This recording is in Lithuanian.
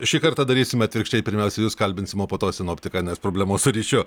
šį kartą darysim atvirkščiai pirmiausia jus kalbinsim o po to sinoptiką nes problemos su ryšiu